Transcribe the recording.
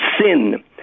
sin